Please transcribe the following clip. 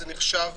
זה נחשב